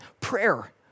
prayer